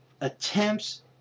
attempts